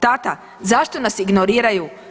Tata zašto nas ignoriraju?